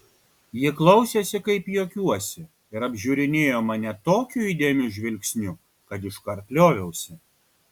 ji klausėsi kaip juokiuosi ir apžiūrinėjo mane tokiu įdėmiu žvilgsniu kad iškart lioviausi